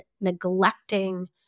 neglecting